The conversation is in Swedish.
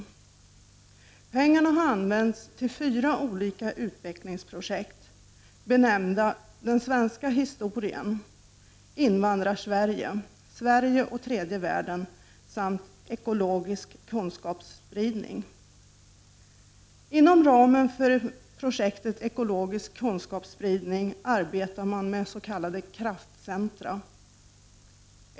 Pengarna har använts till fyra olika utvecklingsprojekt, benämnda Den Inom ramen för projektet Ekologisk kunskapsspridning arbetar man med s.k. kraftcentra.